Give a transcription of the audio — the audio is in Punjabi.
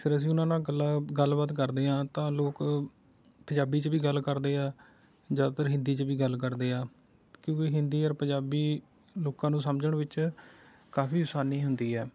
ਫਿਰ ਅਸੀਂ ਉਨ੍ਹਾਂ ਨਾਲ ਗੱਲਾਂ ਗੱਲਬਾਤ ਕਰਦੇ ਹਾਂ ਤਾਂ ਲੋਕ ਪੰਜਾਬੀ 'ਚ ਵੀ ਗੱਲ ਕਰਦੇ ਆ ਜਾਂ ਫਿਰ ਹਿੰਦੀ 'ਚ ਵੀ ਗੱਲ ਕਰਦੇ ਆ ਕਿਉਂਕਿ ਹਿੰਦੀ ਹਰ ਪੰਜਾਬੀ ਲੋਕਾਂ ਨੂੰ ਸਮਝਣ ਵਿੱਚ ਕਾਫੀ ਆਸਾਨੀ ਹੁੰਦੀ ਹੈ